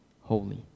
holy